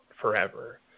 forever